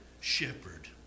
shepherd